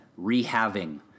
rehabbing